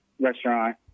restaurant